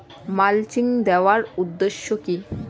Mulching দেওয়ার উদ্দেশ্য কি?